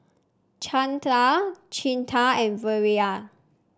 Chanda Chetan and Virat